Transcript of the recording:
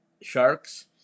sharks